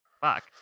fuck